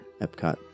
Epcot